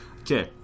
Okay